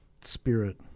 spirit